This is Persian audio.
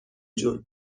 جون